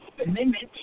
Amendment